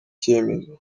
cyemezo